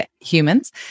humans